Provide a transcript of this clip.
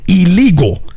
illegal